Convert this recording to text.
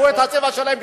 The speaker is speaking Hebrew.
רואים את הצבע שלהם,